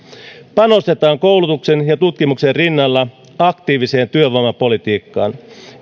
panostetaan koulutuksen ja tutkimuksen rinnalla aktiiviseen työvoimapolitiikkaan